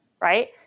Right